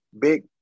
big